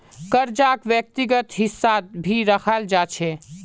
कर्जाक व्यक्तिगत हिस्सात भी रखाल जा छे